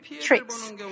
tricks